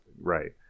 right